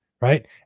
right